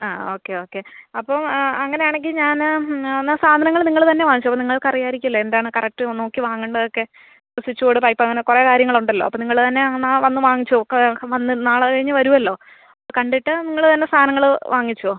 ആ okay okay അപ്പം ആ അങ്ങനെയാണെങ്കിൽ ഞാൻ എന്നാൽ സാധനങ്ങൾ നിങ്ങൾ തന്നെ വാങ്ങിച്ചോ അപ്പോൾ നിങ്ങൾക്ക് അറിയാമായിരിക്കില്ലേ എന്താണ് കറക്റ്റ് നോക്കി വാങ്ങേണ്ടതൊക്കെ സ്വിച്ച് ബോർഡ് പൈപ്പ് അങ്ങനെ കുറേ കാര്യങ്ങൾ ഉണ്ടല്ലോ അപ്പോൾ നിങ്ങൾ തന്നെ എന്നാ വന്ന് വാങ്ങിച്ചോ ഒക്കെ വന്ന് നാളെ കഴിഞ്ഞ് വരുമല്ലോ കണ്ടിട്ട് നിങ്ങൾ തന്നെ സാധനങ്ങൾ വാങ്ങിച്ചോ